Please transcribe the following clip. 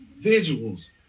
visuals